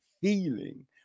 feeling